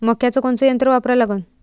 मक्याचं कोनचं यंत्र वापरा लागन?